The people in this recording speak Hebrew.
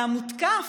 המותקף,